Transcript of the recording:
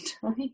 time